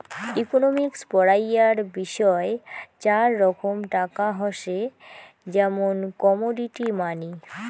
economics পড়াইয়ার বিষয় চার রকম টাকা হসে, যেমন কমোডিটি মানি